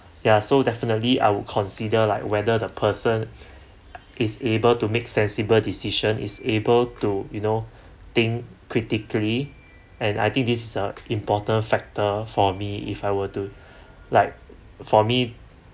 ya so definitely I would consider like whether the person is able to make sensible decision is able to you know think critically and I think this is a important factor for me if I were to like for me